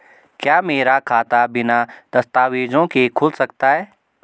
क्या मेरा खाता बिना दस्तावेज़ों के खुल सकता है?